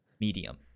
medium